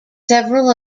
several